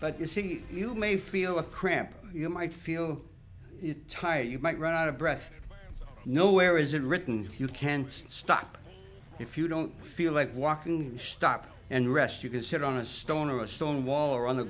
but you see you may feel a cramp you might feel tired you might run out of breath nowhere is it written you can't stop if you don't feel like walking stop and rest you can sit on a stone or a stone wall or on the